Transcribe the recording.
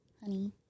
Honey